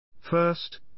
First